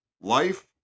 Life